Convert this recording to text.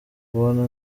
kumubona